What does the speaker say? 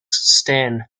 stan